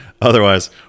Otherwise